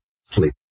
sleep